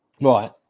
Right